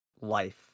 life